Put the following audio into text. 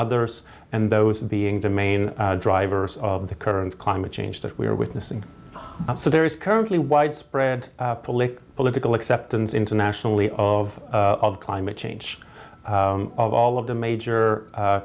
others and those being the main drivers of the current climate change that we are witnessing so there is currently widespread public political acceptance internationally of of climate change of all of the major